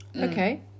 Okay